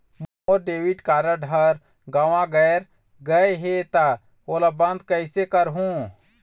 मोर debit card हर गंवा गैर गए हे त ओला बंद कइसे करहूं?